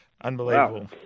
Unbelievable